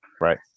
Right